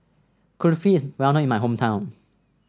Kulfi is well known in my hometown